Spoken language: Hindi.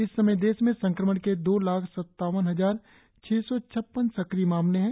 इस समय देश में संक्रमण के दो लाख संतावन हजार छह सौ छप्पन सक्रिय मामले है